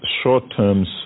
short-term